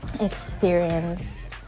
experience